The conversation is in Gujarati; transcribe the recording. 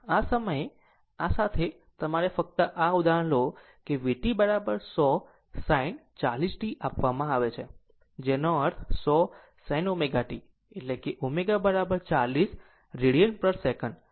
આમ આ સાથે આમ આ સાથે તમારા ફક્ત આ ઉદાહરણ લો કે v t 100 sin 40 t આપવામાં આવે છે જેનો અર્થ 100 sin ω t એટલે કે ω 40 radian per second